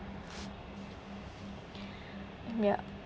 ya